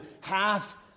half